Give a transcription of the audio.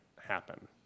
happen